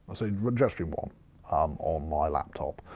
so jetstream um um on my laptop,